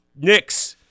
Knicks